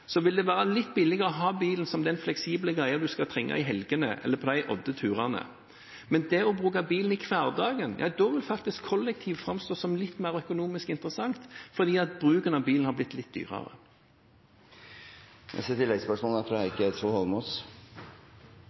vil det være litt billigere å ha bilen som den fleksible greia man kan trenge i helgene, eller å kjøre på tur med, men når det gjelder å bruke bil i hverdagen, vil kollektivtransport faktisk framstå som litt mer økonomisk interessant fordi bruken av bilen er blitt litt dyrere. Heikki Eidsvoll Holmås – til oppfølgingsspørsmål. Ekte teknologioptimister tar teknologien i bruk. Det er